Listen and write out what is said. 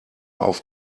auf